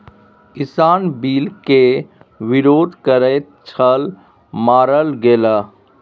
किसान बिल केर विरोध करैत छल मारल गेलाह